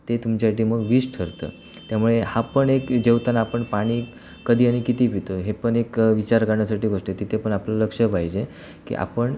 ते तुमच्यासाठी मग विष ठरतं त्यामुळे हा पण एक जेवताना आपण पाणी कधी आणि किती पितो हे पण एक विचार करण्यासाठी गोष्ट आहे तिथे पण आपलं लक्ष पाहिजे की आपण